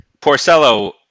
Porcello